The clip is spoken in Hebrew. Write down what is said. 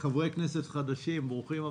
חברי כנסת חדשים, ברוכים הבאים,